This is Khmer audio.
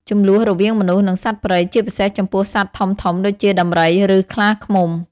ជម្លោះរវាងមនុស្ស និងសត្វព្រៃ ជាពិសេសចំពោះសត្វធំៗដូចជាដំរី ឬខ្លាឃ្មុំ។